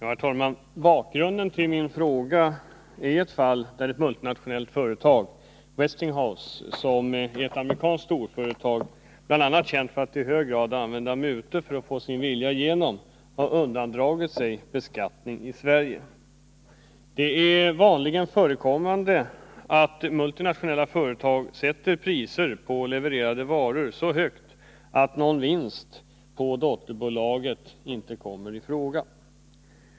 Herr talman! Bakgrunden till min fråga är ett fall där ett multinationellt företag — Westinghouse, som är ett amerikanskt storföretag, bl.a. känt för att i hög grad använda mutor för att få sin vilja igenom — har undandragit sig beskattning i Sverige. Det är vanligt förekommande att multinationella företag sätter priserna på levererade varor så högt att någon vinst för dotterbolagen inte kommer i fråga.